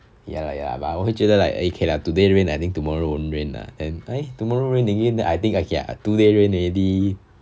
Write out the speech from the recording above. ya lah ya lah but 我会觉得 like eh k lah today rain I think tomorrow won't rain ah and ah tomorrow rain again then I think yeah two day rain already